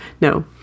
No